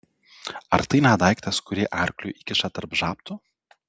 ar tai ne daiktas kurį arkliui įkiša tarp žabtų